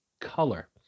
color